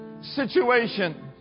situation